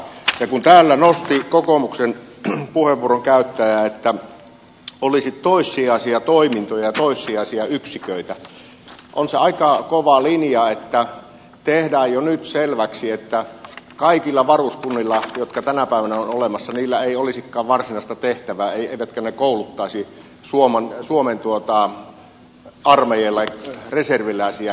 kun täällä nosti kokoomuksen puheenvuoron käyttäjä että olisi toissijaisia toimintoja ja toissijaisia yksiköitä on se aika kova linja että tehdään jo nyt selväksi että kaikilla varuskunnilla jotka tänä päivänä ovat olemassa ei olisikaan varsinaista tehtävää eivätkä ne kouluttaisi suomen armeijalle reserviläisiä joita tarvitaan